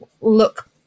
look